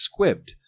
squibbed